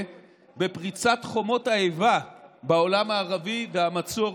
בפריצת חומות האיבה בעולם הערבי והמצור